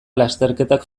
lasterketak